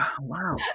wow